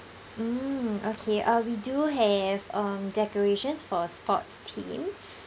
mm okay uh we do have um decorations for a sports theme